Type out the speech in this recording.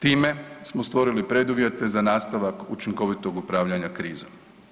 Time smo stvorili preduvjete za nastavak učinkovit upravljanja krizom.